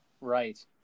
Right